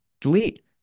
delete